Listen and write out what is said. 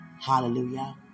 Hallelujah